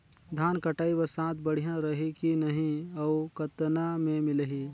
धान कटाई बर साथ बढ़िया रही की नहीं अउ कतना मे मिलही?